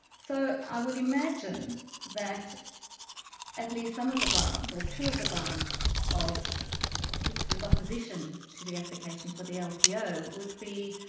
so, i would imagine that at least some of the grounds, or two of the grounds of hicks's opposition to the application for the lpo would be,